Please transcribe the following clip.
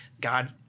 God